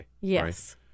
Yes